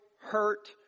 hurt